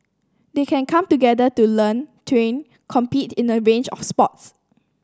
they can come together to learn train compete in a range of sports